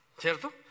cierto